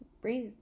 breathe